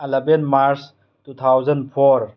eleven March two thousand four